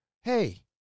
hey